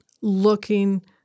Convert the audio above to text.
looking